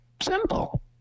Simple